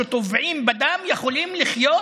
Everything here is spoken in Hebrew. שטובעים בדם, יכולים לחיות